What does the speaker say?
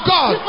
God